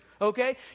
okay